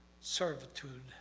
servitude